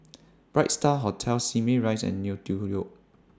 Bright STAR Hotel Simei Rise and Neo Tiew Road